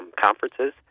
conferences